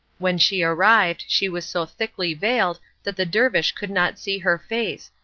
when she arrived, she was so thickly veiled that the dervish could not see her face,